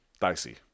dicey